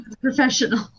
professional